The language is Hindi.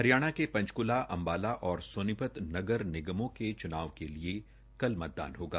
हरियाणा के पंचकूला अंबाला और सोनीपत नगर निगमों के चुनाव के लिए कल मतदान होगा